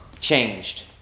changed